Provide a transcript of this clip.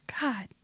God